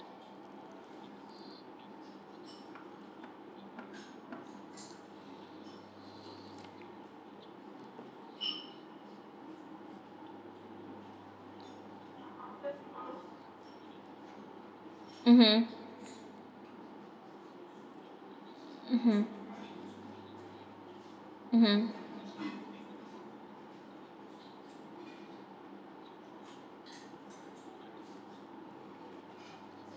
mmhmm mmhmm mmhmm